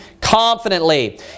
confidently